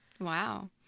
Wow